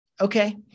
Okay